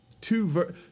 two